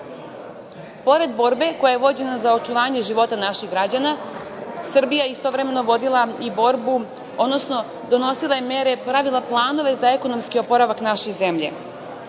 borbe koja je vođena za očuvanje života naših građana, Srbija je istovremeno vodila i borbu, odnosno, donosila je mere, pravila planove za ekonomski oporavak naše zemlje.